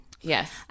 Yes